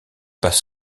passe